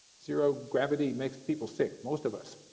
zero gravity make people sick, most of us.